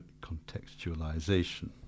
contextualization